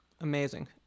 Amazing